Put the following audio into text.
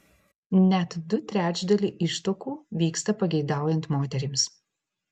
net du trečdaliai ištuokų vyksta pageidaujant moterims